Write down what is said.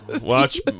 Watch